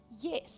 yes